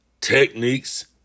techniques